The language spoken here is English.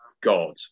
God